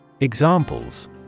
Examples